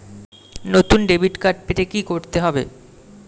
নতুন debit card পেতে কী করতে হবে?